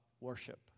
worship